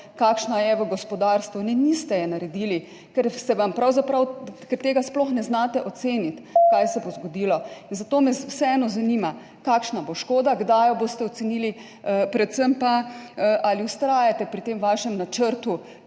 kakšna je v gospodarstvu? Ne, niste je naredili, ker tega sploh ne znate oceniti, kaj se bo zgodilo. Zato me vseeno zanima: Kakšna bo škoda? Kdaj jo boste ocenili? Ali vztrajate pri tem vašem načrtu